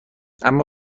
اما